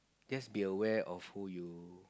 just be aware of who you